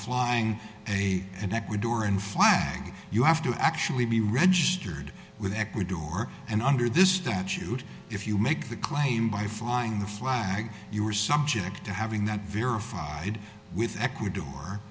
flying a and ecuador and flag you have to actually be registered with ecuador and under this statute if you make the claim by flying the flag you are subject to having that verified with ecuador